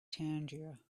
tangier